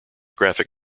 graphic